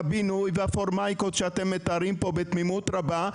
הבינוי והפורמייקות שאתם מתארים פה בתמימות רבה,